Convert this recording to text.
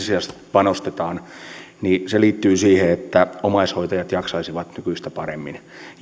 panostetaan se liittyy siihen että omaishoitajat jaksaisivat nykyistä paremmin